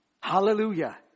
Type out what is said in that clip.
Hallelujah